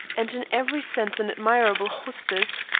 and in every sense an admirable hostess,